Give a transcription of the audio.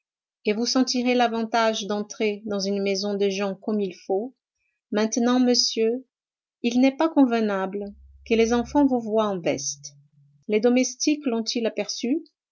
et vous sentirez l'avantage d'entrer dans une maison de gens comme il faut maintenant monsieur il n'est pas convenable que les enfants vous voient en veste les domestiques lont il aperçu